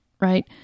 right